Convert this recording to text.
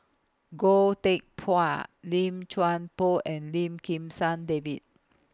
Goh Teck Phuan Lim Chuan Poh and Lim Kim San David